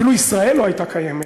אפילו ישראל לא הייתה קיימת.